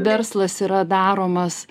verslas yra daromas